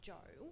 Joe